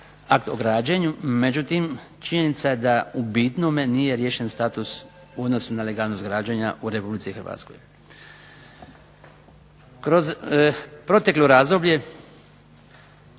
akt o građenju međutim, činjenica je da u bitnome nije riješen status u odnosu na legalnost građenja u Republici Hrvatskoj. Kroz proteklo razdoblje